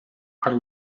are